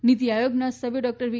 નીતી આયોગના સભય ડોકટર વી